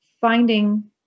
finding